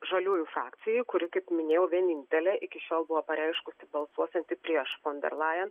žaliųjų frakcijai kuri kaip minėjau vienintelė iki šiol buvo pareiškusi balsuosianti prieš fon der lajen